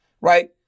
right